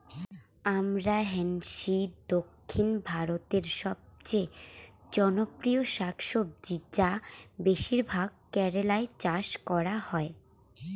আমরান্থেইসি দক্ষিণ ভারতের সবচেয়ে জনপ্রিয় শাকসবজি যা বেশিরভাগ কেরালায় চাষ করা হয়